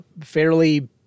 fairly